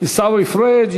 עיסאווי פריג'.